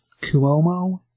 Cuomo